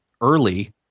early